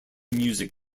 music